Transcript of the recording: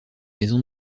maison